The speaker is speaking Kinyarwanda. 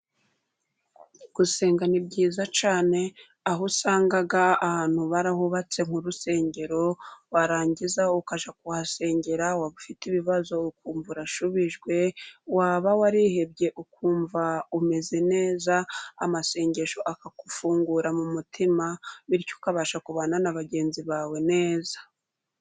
Gusenga nibyiza cyane, aho usanga ahantu barahubatse nk'urusengero, warangiza ukajya kuhasengera, waba ufite ibibazo ukumva urasubijwe, waba warihebye ukumva umeze neza, amasengesho akagufungura mu mutima, bityo ukabasha kubana na bagenzi bawe neza.